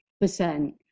percent